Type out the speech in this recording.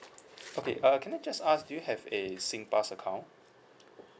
okay uh can I just ask do you have a singpass account